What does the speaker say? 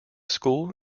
school